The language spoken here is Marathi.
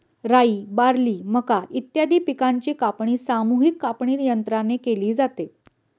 राई, बार्ली, मका इत्यादी पिकांची कापणी सामूहिक कापणीयंत्राने केली जाते